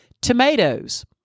tomatoes